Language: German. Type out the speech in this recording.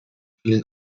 vielen